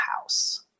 house